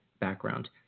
background